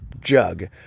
jug